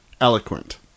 eloquent